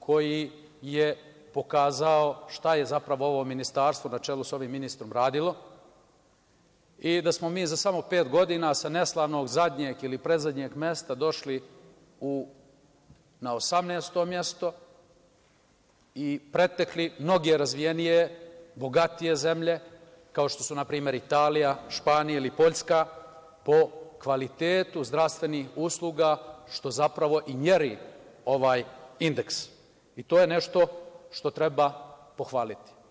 koji je pokazao šta je zapravo ovo Ministarstvo na čelu sa ovim ministrom radilo i da smo mi samo za pet godina sa neslanog zadnjeg ili predzadnjeg mesta došli na 18 mesto i pretekli mnogo razvijenije, bogatije zemlje, kao što su, na primer, Italija, Španija ili Poljska po kvalitetu zdravstvenih usluga što zapravo meri ovaj indeks i to je nešto što treba pohvaliti.